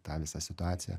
tą visą situaciją